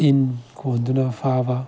ꯏꯟ ꯈꯣꯟꯗꯨꯅ ꯐꯥꯕ